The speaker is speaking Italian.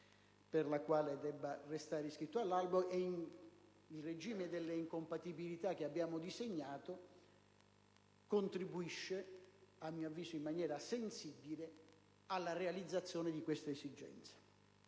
per la quale debba restare iscritto all'albo ed il regime delle incompatibilità che abbiamo disegnato contribuisce, a mio avviso in maniera sensibile, alla realizzazione di questa esigenza.